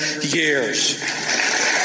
years